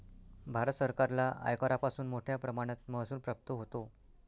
भारत सरकारला आयकरापासून मोठया प्रमाणात महसूल प्राप्त होतो